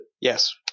Yes